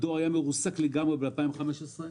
כי הדואר היה מרוסק לגמרי ב-2015.